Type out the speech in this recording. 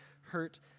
hurt